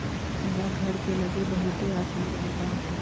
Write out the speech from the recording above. हमर घर के लग बहुते राशन के दोकान हई